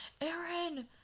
Aaron